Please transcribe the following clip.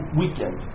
weekend